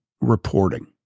reporting